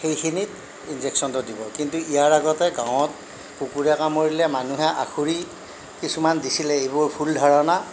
সেইখিনিত ইনজেকচনটো দিব কিন্তু ইয়াৰ আগতে গাঁৱত কুকুৰে কামোৰিলে মানুহে আসুৰি কিছুমান দিছিলে এইবোৰ ভুল ধাৰণা